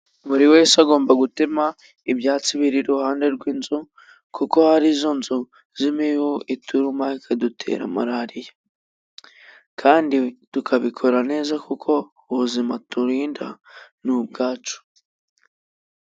Buri wese agomba gutema ibyatsi biri iruhande rw'inzu, kuko ari zo nzu z'imibu ituruma ikadutera malariya ,kandi tukabikora neza kuko ubuzima turinda ni ubwacu.